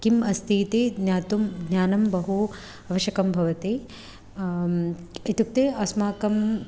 किम् अस्ति इति ज्ञातुं ज्ञानं बहु आवश्यकं भवति इत्युक्ते अस्माकम्